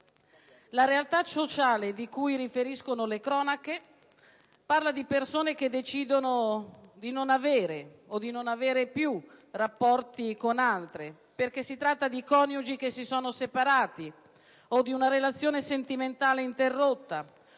La realtà sociale di cui riferiscono le cronache parla di persone che decidono di non avere o di non avere più rapporti con altre, perché si tratta di coniugi che si sono separati, o di una relazione sentimentale interrotta